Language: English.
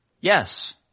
Yes